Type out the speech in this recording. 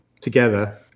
together